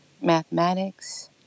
mathematics